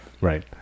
Right